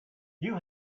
you